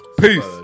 Peace